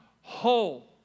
whole